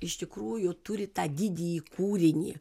iš tikrųjų turi tą didįjį kūrinį